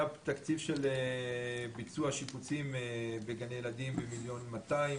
היה תקציב של ביצוע שיפוצים בגני ילדים במיליון מאתיים שקל,